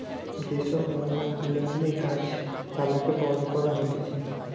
যে সব হরমোন গুলা দিয়ে গাছ পালাকে বড় করা হতিছে